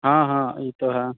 हाँ हाँ ई तो है